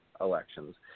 elections